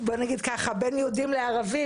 בין יהודים לערבים.